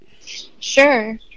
Sure